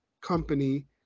Company